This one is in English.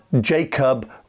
Jacob